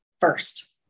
first